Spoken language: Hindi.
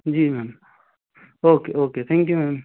ji ma'am okay okay thank you ma'am